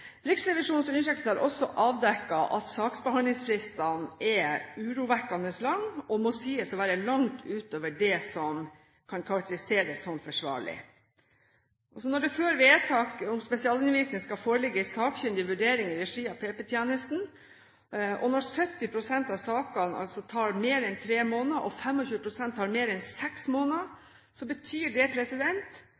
Riksrevisjonens undersøkelse har også avdekket at saksbehandlingsfristene er urovekkende lange og må sies å være langt utover det som kan karakteriseres som forsvarlig. Når det før vedtak om spesialundervisning skal foreligge en sakkyndig vurdering i regi av PP-tjenesten, og når behandlingstiden for 70 pst. av sakene er mer enn tre måneder og for 25 pst. er mer enn seks måneder,